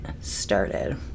started